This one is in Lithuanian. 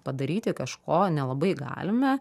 padaryti kažko nelabai galime